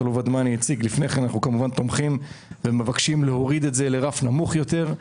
אנחנו מבקשים להוריד את זה לרף נמוך יותר,